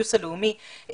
הפיוס הלאומי,